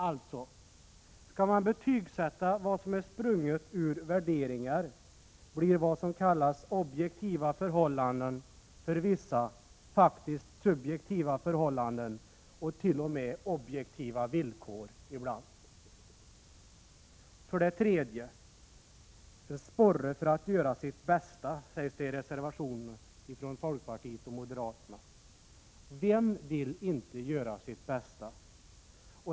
Alltså: skall man betygsätta vad som är sprunget ur värderingar blir vad som kallas objektiva förhållanden för vissa faktiskt subjektiva förhållanden och ibland t.o.m. objektiva villkor. För det tredje talas det i reservationerna från folkpartiet och moderaterna om en sporre för eleverna att göra sitt bästa. Vem vill inte göra sitt bästa?